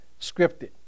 scripted